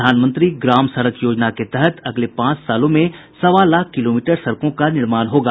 प्रधानमंत्री ग्राम सड़क योजना के तहत अगले पांच सालों में सवा लाख किलोमीटर सड़कों का निर्माण होगा